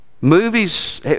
Movies